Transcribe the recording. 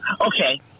Okay